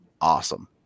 awesome